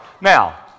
Now